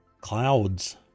Clouds